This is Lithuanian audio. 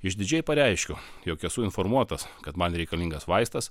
išdidžiai pareiškiu jog esu informuotas kad man reikalingas vaistas